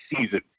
season